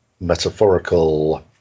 metaphorical